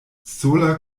sola